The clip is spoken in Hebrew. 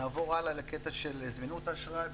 נעבור הלאה לקטע של זמינות אשראי.